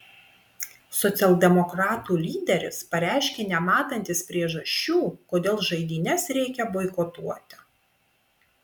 socialdemokratų lyderis pareiškė nematantis priežasčių kodėl žaidynes reikia boikotuoti